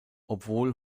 obwohl